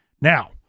Now